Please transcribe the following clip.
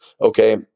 Okay